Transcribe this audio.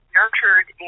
nurtured